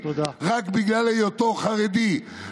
שרק בגלל היותו חרדי,